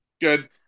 Good